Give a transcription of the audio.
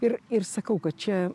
ir ir sakau kad čia